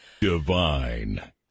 Divine